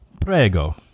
Prego